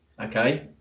okay